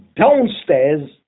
downstairs